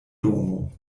domo